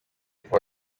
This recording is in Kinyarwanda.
kuwa